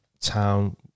town